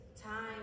time